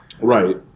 Right